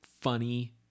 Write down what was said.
funny